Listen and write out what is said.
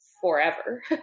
forever